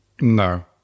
No